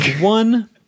one